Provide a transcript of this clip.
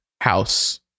house